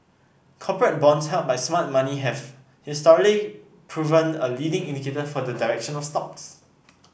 corporate bonds held by smart money have historically proven a leading indicator for the direction of stocks